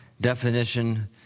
definition